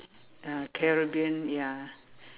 ya Caribbean ya